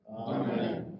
Amen